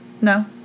No